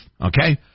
okay